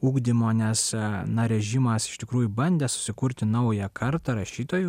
ugdymo nes na režimas iš tikrųjų bandė susikurti naują kartą rašytojų